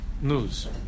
news